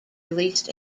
released